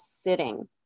sitting